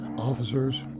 Officers